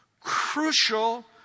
crucial